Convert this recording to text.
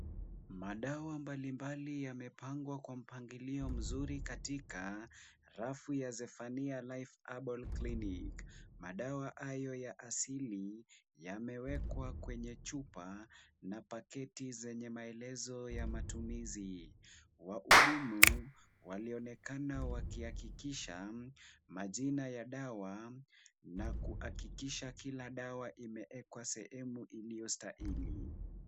Madawa mbalimbali yamepangwa kwa mpangilio mzuri katika rafu ya Zephaniah Life Herbal Clinic. Madawa hayo ya asili yamewekwa kwenye chupa na paketi zenye maelezo ya matumizi. Wahudumu walionekana wakihakikisha majina ya dawa na kuhakikisha kila dawa imewekwa mahali iliyostahili.